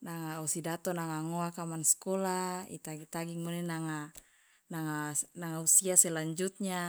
nanga osi dato nanga ngoaka manskola itagi tagi ngone nanga usia selanjutnya.